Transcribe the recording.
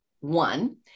one